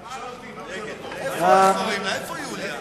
נסים זאב, מה להצביע?